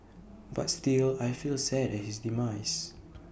but still I feel sad at his demise